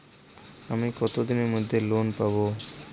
আমি কতদিনের মধ্যে লোন পাব?